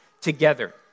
together